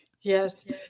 yes